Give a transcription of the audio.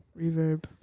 reverb